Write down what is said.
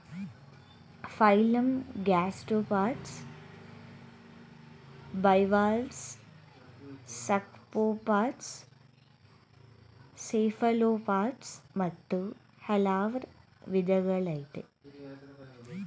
phylum gastropods bivalves scaphopods cephalopods ಮತ್ತು ಹಲ್ವಾರ್ ವಿದಗಳಯ್ತೆ